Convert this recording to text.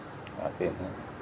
అయిపోయిందా